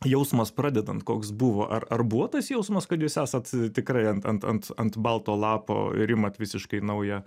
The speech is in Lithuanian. jausmas pradedant koks buvo ar ar buvo tas jausmas kad jūs esat tikrai ant ant ant ant balto lapo ir imat visiškai naują